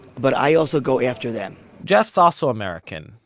but i also go after them jeff's also american.